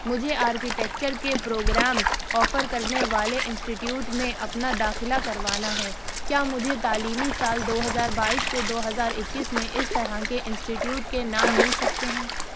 مجھے آرکیٹیکچر کے programme offer کرنے والے انسٹی ٹیوٹ میں اپنا داخلہ کروانا ہے کیا مجھے تعلیمی سال دو ہزار بائیس سے دو ہزار اکیس میں اس طرح کے انسٹی ٹیوٹ کے نام مل سکتے ہیں